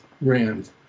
Rand